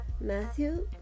Matthew